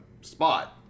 spot